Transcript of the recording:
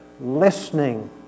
listening